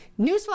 Newsflash